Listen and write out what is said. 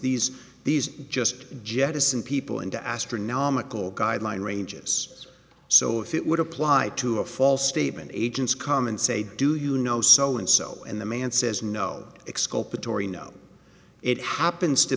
these these just jettison people into astronomical guideline ranges so if it would apply to a false statement agents come and say do you know so and so and the man says no